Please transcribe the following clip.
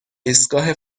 ایستگاه